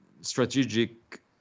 strategic